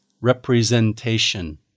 representation